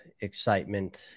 excitement